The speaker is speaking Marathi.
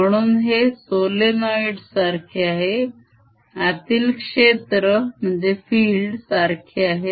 म्हणून हे solenoid सारखे आहे आतील field क्षेत्र सारखे आहे